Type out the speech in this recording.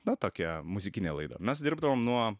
vat tokia muzikinė laida mes dirbdavom nuo